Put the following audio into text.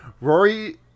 Rory